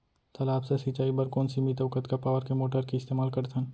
तालाब से सिंचाई बर कोन सीमित अऊ कतका पावर के मोटर के इस्तेमाल करथन?